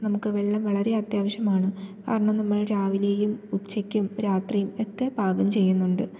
നമുക്ക് വെള്ളം വളരെ അത്യാവശ്യമാണ് കാരണം നമ്മൾ രാവിലെയും ഉച്ചക്കും രാത്രിയും ഒക്കെ പാകം ചെയ്യുന്നുണ്ട്